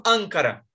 Ankara